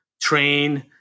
train